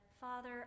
Father